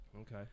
Okay